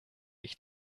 ich